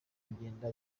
kugenda